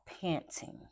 panting